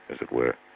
as it were,